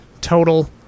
total